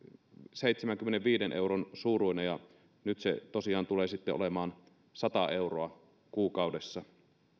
seitsemänkymmenenviiden euron suuruinen ja nyt se tosiaan tulee olemaan sata euroa kuukaudessa